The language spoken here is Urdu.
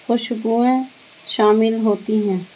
خوشبوئیں شامل ہوتی ہیں